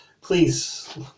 Please